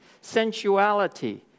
sensuality